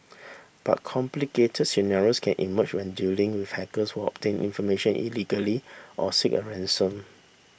but complicated scenarios can emerge when dealing with hackers who obtain information illegally or seek a ransom